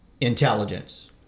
intelligence